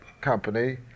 company